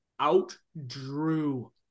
outdrew